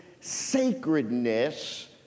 sacredness